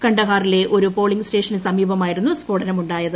കാണ്ഡഹാറിലെ ഒരു പോളിംഗ് സ്റ്റേഷന് സമീപമായിരുന്നു സ്ഫോടനം ഉണ്ടായത്